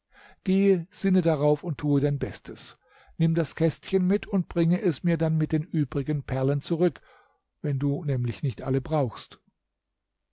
gehe sinne darauf und tue dein bestes nimm das kästchen mit und bringe es mir dann mit den übrigen perlen zurück wenn du nämlich nicht alle brauchst